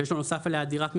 ויש לו נוסף עליה דירת מגורים,